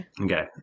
Okay